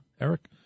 Eric